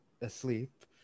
asleep